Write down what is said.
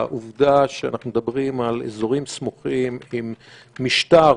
העובדה שאנחנו מדברים על אזורים סמוכים עם משטר